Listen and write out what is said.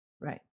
Right